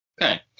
Okay